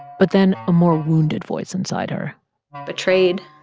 but then, a more wounded voice inside her betrayed.